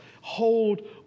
Hold